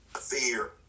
Fear